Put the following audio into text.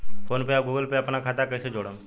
PhonePe या Google Pay पर अपना खाता के कईसे जोड़म?